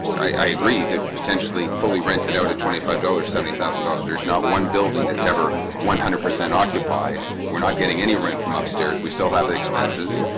i agree that potentially fully rented out at twenty five dollars seventy thousand dollars. not one building. that's ever one hundred percent occupied we're not getting any rent from upstairs. we still have the expenses.